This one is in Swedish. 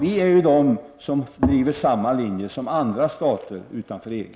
Vi är de i detta parlament som driver samma linje som man gör i andra stater utanför EG.